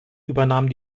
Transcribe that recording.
übernahm